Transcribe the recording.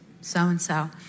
so-and-so